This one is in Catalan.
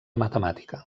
matemàtica